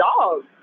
dogs